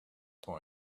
point